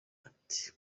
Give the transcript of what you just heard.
ati